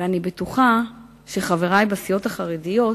אני בטוחה שחברי בסיעות החרדיות